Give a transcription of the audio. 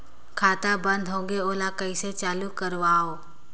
खाता बन्द होगे है ओला कइसे चालू करवाओ?